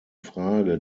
frage